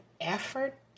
effort